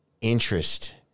interest